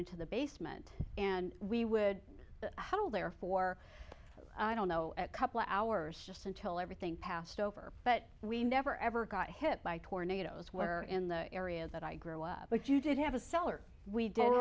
into the basement and we would howl there for i don't know at couple hours just until everything passed over but we never ever got hit by tornadoes where in the area that i grew up but you did have a cellar we did